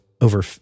over